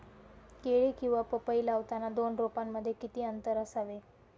केळी किंवा पपई लावताना दोन रोपांमध्ये किती अंतर असावे?